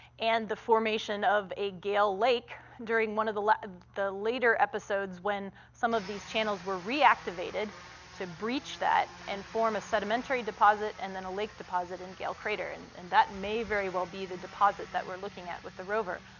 and the formation of a gale lake during one of the the later episodes when some of these channels were reactivated to breach that and form a sedimentary deposit and then a lake deposit in gale crater, and and that may very well be the deposit that we're looking at with the rover.